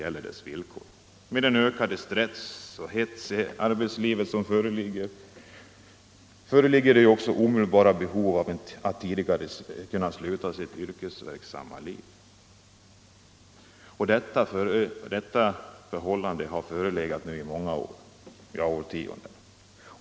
Med ökad stress och hets i arbetslivet föreligger det ett omedelbart behov av att man kan sluta sitt yrkesverksamma liv tidigare. Detta förhållande har förelegat nu i många år, ja årtionden.